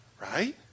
right